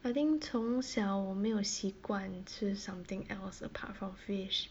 I think 从小我没有习惯吃 something else apart from fish